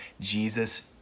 Jesus